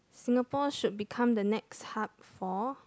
Singapore should become the next hub for